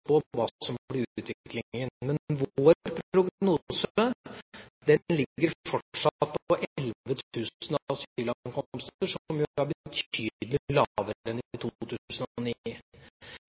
hva som blir utviklingen. Vår prognose ligger fortsatt på 11 000 asylankomster, som er betydelig lavere enn i 2009.